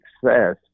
success